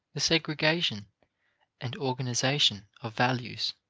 the segregation and organization of values.